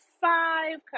five